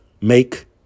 Make